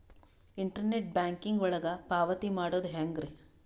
Internet banking ಒಳಗ ಪಾವತಿ ಮಾಡೋದು ಹೆಂಗ್ರಿ?